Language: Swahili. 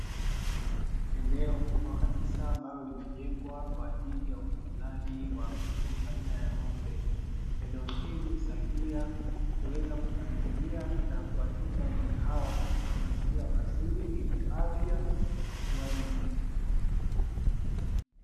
Eneo kubwa kabisa ambalo limejengwa kwa ajili ya utunzaji wa mifugo aina ya ng'ombe. Eneo hili husaidia kuweza kupangilia na kuwatunza ngombe hawa katika mazingira mazuri yenye afya na ukuaji mwema.